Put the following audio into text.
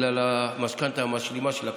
בגלל המשכנתה המשלימה שלקחתי.